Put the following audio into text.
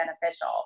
beneficial